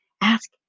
Ask